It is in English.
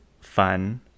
fun